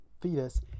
fetus